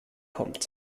kommt